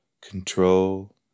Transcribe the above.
Control